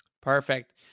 perfect